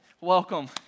Welcome